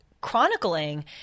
chronicling